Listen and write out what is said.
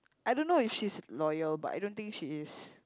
I don't know if she's loyal but I don't think she is